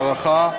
הערכה,